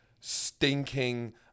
stinking